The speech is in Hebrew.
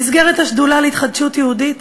במסגרת השדולה להתחדשות יהודית